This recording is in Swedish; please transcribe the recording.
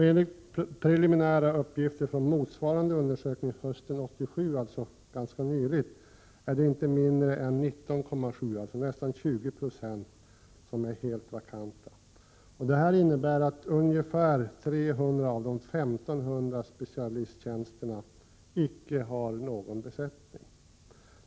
Enligt preliminära uppgifter från motsvarande undersökning hösten 1987 var inte mindre än 19,7 96, dvs. nästan 20 6, av tjänsterna helt vakanta. Det innebär att nästan 300 av omkring 1 500 specialisttjänster är vakanta.